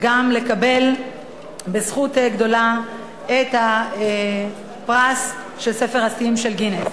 גם לקבל בזכות גדולה את הפרס של ספר השיאים של גינס.